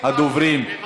לא אנחנו.